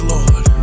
Lord